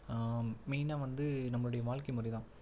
மெய்னாக வந்து நம்மளுடைய வாழ்க்கை முறைதான்